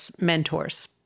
mentors